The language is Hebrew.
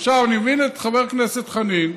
אני מבין את חבר כנסת חנין,